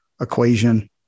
equation